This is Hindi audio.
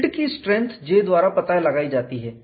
फील्ड की स्ट्रैंथ J द्वारा पता लगाई जाती है